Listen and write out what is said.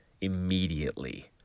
immediately